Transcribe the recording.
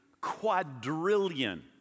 quadrillion